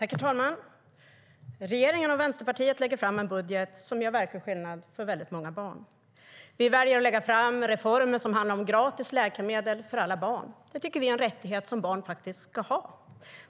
Herr talman! Regeringen och Vänsterpartiet lägger fram en budget som gör verklig skillnad för väldigt många barn. Vi väljer att lägga fram reformer som handlar om gratis läkemedel för alla barn. Det tycker vi är en rättighet som barn ska ha.